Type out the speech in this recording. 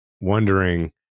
wondering